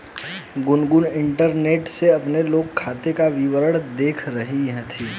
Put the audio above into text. Gungun internet से अपने loan खाते का विवरण देख रही थी